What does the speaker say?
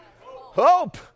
hope